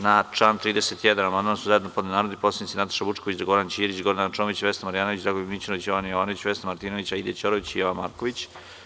Na član 31. amandman su zajedno podneli narodni poslanici Nataša Vučković, Goran Ćirić, Gordana Čomić, Vesna Marjanović, Dragoljub Mićunović, Jovana Jovanović, Vesna Martinović, Aida Ćorović i Jovan Marković.